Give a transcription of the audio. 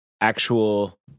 actual